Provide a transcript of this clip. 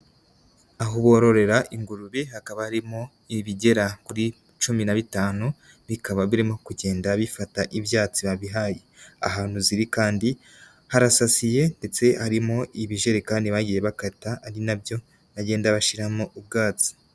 Aho bororera ingurube hakaba harimo ibigera kuri cumi na bitanu bikaba birimo kugenda bifata ibyatsi babihaye, ahantu ziri kandi harasasiye ndetse harimo ibijerekani bagiye bakata ari nabyo bagenda bashyiramo ubwatsi.